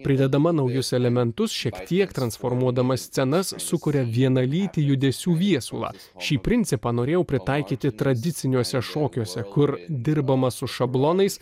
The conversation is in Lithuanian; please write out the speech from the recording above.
pridedama naujus elementus šiek tiek transformuodama scenas sukuria vienalytį judesių viesulą šį principą norėjau pritaikyti tradiciniuose šokiuose kur dirbama su šablonais